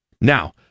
Now